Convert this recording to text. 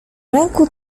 ręku